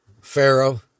Pharaoh